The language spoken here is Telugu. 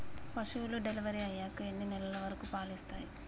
పశువులు డెలివరీ అయ్యాక ఎన్ని నెలల వరకు పాలు ఇస్తాయి?